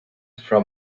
from